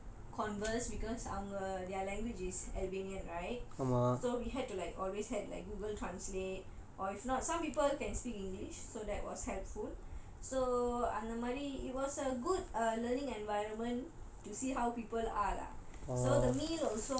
difficult to converse because அவங்க:avanga their languages is albanian right so we had to like always had like Google translate or if not some people can speak english so that was helpful so அந்த மாரி:antha maari it was a good uh learning environment to see how people are lah